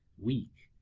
weak,